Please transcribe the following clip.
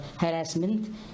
harassment